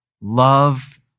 Love